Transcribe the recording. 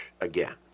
again